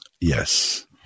Yes